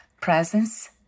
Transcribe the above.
presence